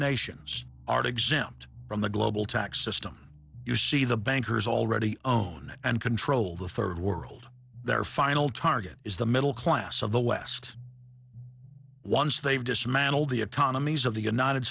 nations are exempt from the global tax system you see the bankers already own and control the third world their final target is the middle class of the west once they've dismantled the economies of the united